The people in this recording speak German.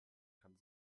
kann